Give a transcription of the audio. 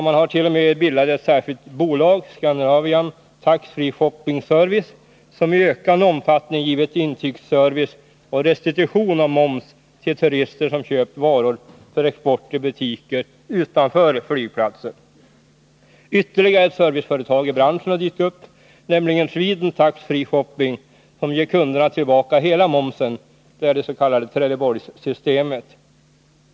Man har t.o.m. bildat ett särskilt bolag, Scandinavian Tax Free Shopping Service, som i ökande omfattning givit intygsservice och restitution av moms till turister som köpt varor för export i butiker utanför flygplatser. Ytterligare ett serviceföretag i branschen har dykt upp, nämligen Sweden Tax Free Shopping, som ger kunderna tillbaka hela momsen, det är det s.k. Trelleborgssystemet.